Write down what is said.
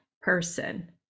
person